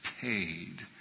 paid